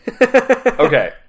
okay